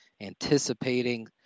anticipating